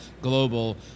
global